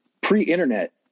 pre-internet